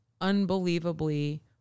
unbelievably